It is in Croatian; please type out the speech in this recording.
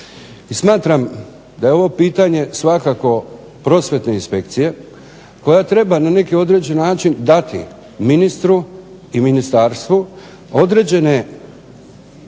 smatram da je ovo pitanje svakako Prosvjetne inspekcije koja treba na neki određeni način dati ministru i ministarstvu određene ja